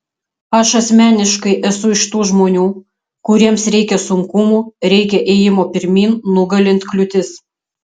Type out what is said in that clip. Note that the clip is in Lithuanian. aš asmeniškai esu iš tų žmonių kuriems reikia sunkumų reikia ėjimo pirmyn nugalint kliūtis